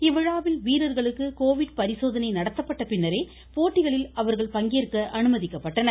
இவ்விழாவில் வீரர்களுக்கு கோவிட் பரிசோதனை நடத்தப்பட்ட பின்னரே போட்டிகளில் அவர்கள் பங்கேற்க அனுமதிக்கப்பட்டனர்